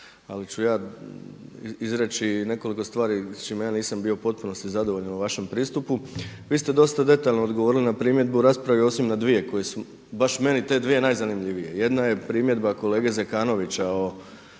ali ću ja izreći nekoliko stvari s čime ja nisam bio u potpunosti zadovoljan u vašem pristupu. Vi ste dosta detaljno odgovorili na primjedbu o raspravi osim na dvije koje su baš meni te dvije najzanimljiviji. Jedna je primjedba kolege Zekankovića o